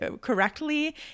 correctly